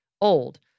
old